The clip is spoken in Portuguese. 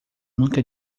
nunca